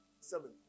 Seven